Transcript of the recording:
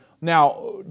Now